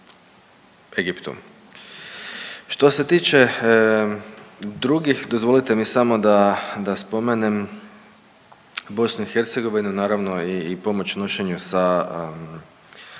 Što se tiče drugih, dozvolite mi samo da, da spomenem BIH naravno i pomoć nošenju sa,